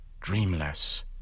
dreamless